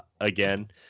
again